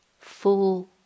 full